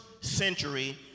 century